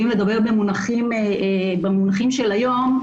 אם נדבר במונחים של היום,